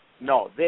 No